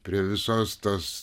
prie visos tos